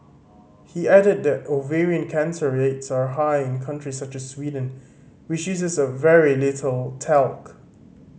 he added that ovarian cancer rates are high in countries such as Sweden which uses very little talc